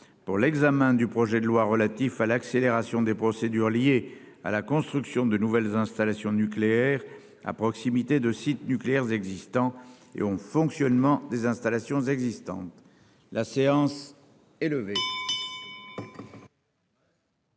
vert »; Projet de loi relatif à l'accélération des procédures liées à la construction de nouvelles installations nucléaires à proximité de sites nucléaires existants et au fonctionnement des installations existantes (procédure accélérée